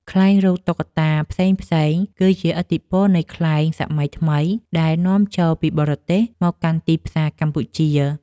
ខ្លែងរូបតួអង្គតុក្កតាផ្សេងៗ គឺជាឥទ្ធិពលនៃខ្លែងសម័យថ្មីដែលនាំចូលពីបរទេសមកកាន់ទីផ្សារកម្ពុជា។